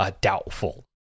doubtful